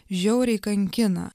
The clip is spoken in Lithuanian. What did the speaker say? žiauriai kankina